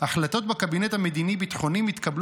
החלטות בקבינט המדיני-ביטחוני מתקבלות